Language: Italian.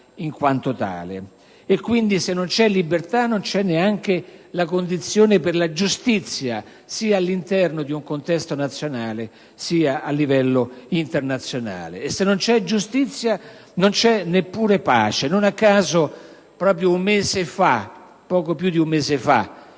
in quanto tale; se non c'è libertà, non c'è neanche la condizione per la giustizia, sia all'interno di un contesto nazionale sia a livello internazionale; e se non c'è giustizia, non c'è neppure pace. Non a caso, poco più di un mese fa,